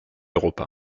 europa